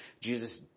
Jesus